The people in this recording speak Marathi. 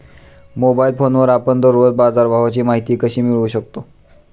मोबाइल फोनवर आपण दररोज बाजारभावाची माहिती कशी मिळवू शकतो?